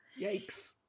Yikes